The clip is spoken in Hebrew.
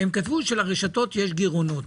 שלרשתות יש גירעונות,